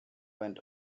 went